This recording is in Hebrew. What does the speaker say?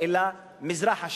אלא מזרחה,